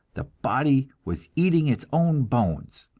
the body was eating its own bones!